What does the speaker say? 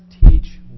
teach